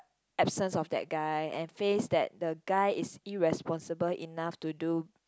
absence of that guy and face that the guy is irresponsible enough to do